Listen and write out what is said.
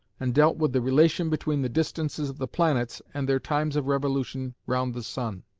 and dealt with the relation between the distances of the planets and their times of revolution round the sun.